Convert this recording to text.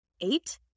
eight